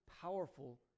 powerful